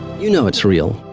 you know it's real.